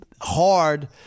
hard